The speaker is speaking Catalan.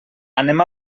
anem